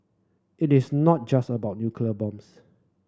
it is not just about nuclear bombs